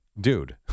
dude